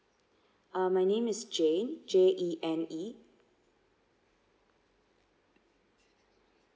uh my name is jene J E N E